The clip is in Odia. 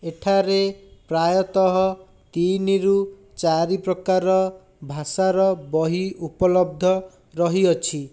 ଏଠାରେ ପ୍ରାୟତଃ ତିନିରୁ ଚାରି ପ୍ରକାର ଭାଷାର ବହି ଉପଲବ୍ଧ ରହିଅଛି